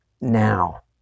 now